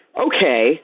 okay